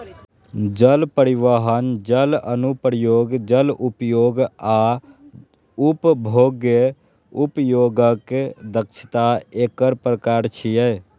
जल परिवहन, जल अनुप्रयोग, जल उपयोग आ उपभोग्य उपयोगक दक्षता एकर प्रकार छियै